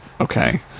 okay